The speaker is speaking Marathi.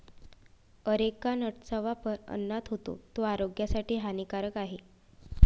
अरेका नटचा वापर अन्नात होतो, तो आरोग्यासाठी हानिकारक आहे